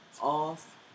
off